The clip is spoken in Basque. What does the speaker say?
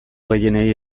gehienei